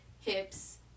hips